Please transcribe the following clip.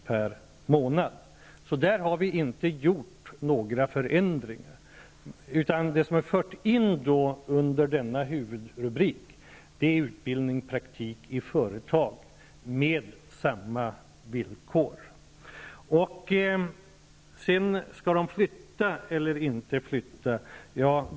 per månad. Vi har alltså inte i detta sammanhang gjort några förändringar, utan vad vi har fört in under denna huvudrubrik är utbildningspraktik i företag, där samma villkor gäller. Skall ungdomarna flytta eller inte?